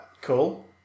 Cool